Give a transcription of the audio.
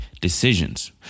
decisions